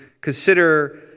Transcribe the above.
consider